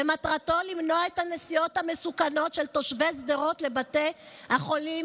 ומטרתו למנוע את הנסיעות המסוכנות של תושבי שדרות לבתי החולים